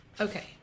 okay